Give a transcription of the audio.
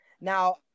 Now